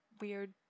weird